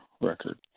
record